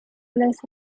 ليس